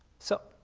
so,